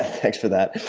thanks for that.